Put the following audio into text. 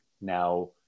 now